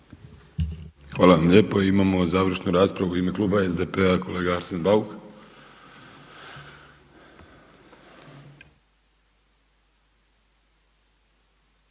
Hvala vam lijepo. I imamo završnu raspravu u ime kluba SDP-a kolega Arsen Bauk.